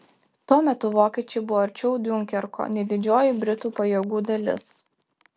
tuo metu vokiečiai buvo arčiau diunkerko nei didžioji britų pajėgų dalis